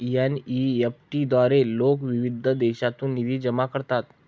NEFT द्वारे लोक विविध देशांतून निधी जमा करतात